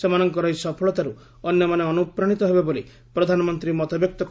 ସେମାନଙ୍କର ଏହି ସଫଳତାରୁ ଅନ୍ୟମାନେ ଅନୁପ୍ରାଣିତ ହେବେ ବୋଲି ପ୍ରଧାନମନ୍ତ୍ରୀ ମତବ୍ୟକ୍ତ କରିଛନ୍ତି